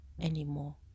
anymore